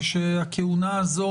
ושהכהונה הזו